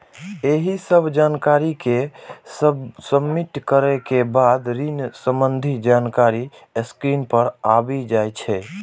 एहि सब जानकारी कें सबमिट करै के बाद ऋण संबंधी जानकारी स्क्रीन पर आबि जाइ छै